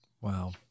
wow